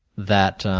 that